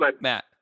Matt